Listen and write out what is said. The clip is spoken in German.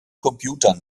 computern